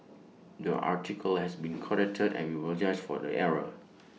the article has been corrected and we apologise for the error